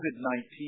COVID-19